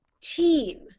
team